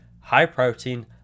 high-protein